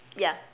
yeah